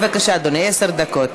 בבקשה, אדוני, עשר דקות.